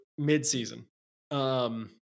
Mid-season